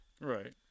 Right